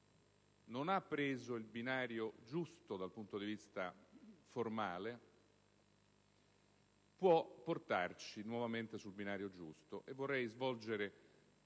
non ha preso il binario giusto dal punto di vista formale, può portarci nuovamente sul binario giusto.